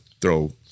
throw